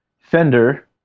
Fender